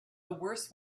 worse